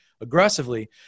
aggressively